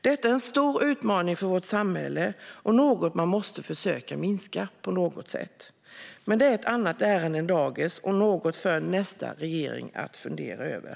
Detta är en stor utmaning för vårt samhälle och något man måste försöka minska på något sätt. Men det är ett annat ärende än dagens och något för nästa regering att fundera över.